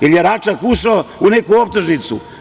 Jer je Račak ušao u neku optužnicu?